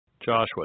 Joshua